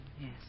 yes